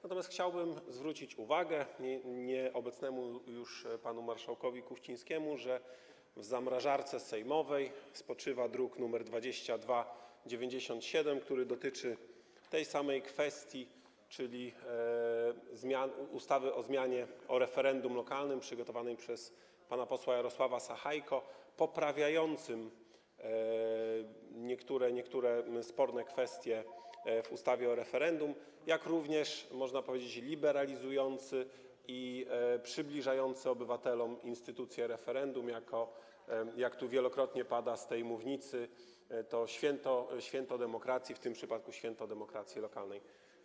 Natomiast chciałbym zwrócić uwagę nieobecnemu już panu marszałkowi Kuchcińskiemu, że w zamrażarce sejmowej spoczywa projekt z druku nr 2297, który dotyczy tej samej kwestii, czyli zmiany ustawy o referendum lokalnym przygotowany przez pana posła Jarosława Sachajkę, poprawiający niektóre sporne kwestie w ustawie o referendum, jak również, można powiedzieć, liberalizujący i przybliżający obywatelom instytucję referendum, jak wielokrotnie padło z tej mównicy, jako święto demokracji, w tym przypadku święto demokracji lokalnej.